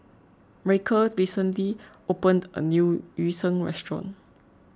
Ryker recently opened a new Yu Sheng restaurant